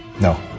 no